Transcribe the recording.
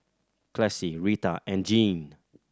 Classie Rita and Jeanne